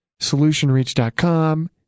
solutionreach.com